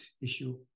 issue